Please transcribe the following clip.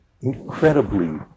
incredibly